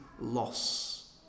loss